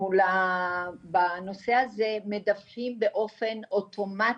בנושא הזה, אנחנו מדווחים באופן אוטומטי,